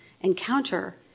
encounter